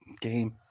game